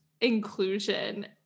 inclusion